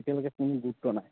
এতিয়ালৈকে কোনো গুৰুত্ব নাই